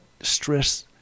stress